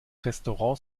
restaurants